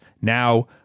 now